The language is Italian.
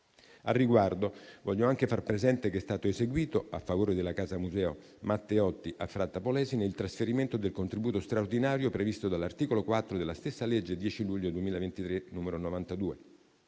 Al riguardo, voglio anche far presente che è stato eseguito a favore della Casa museo Matteotti a Fratta Polesine il trasferimento del contributo straordinario previsto dall'articolo 4 della stessa legge 10 luglio 2023, n. 92.